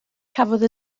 cafodd